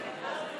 ואנחנו נפעל בהתאם.